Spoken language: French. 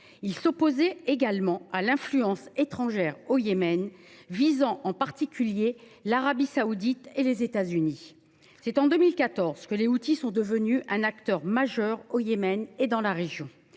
Ils s’opposaient également à l’influence étrangère au Yémen, visant en particulier l’Arabie saoudite et les États Unis. C’est en 2014 qu’ils sont devenus un acteur majeur au Yémen et dans la région,